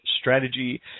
strategy